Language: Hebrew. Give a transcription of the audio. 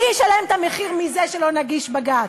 מי ישלם את המחיר מזה שלא נגיש בג"ץ?